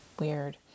weird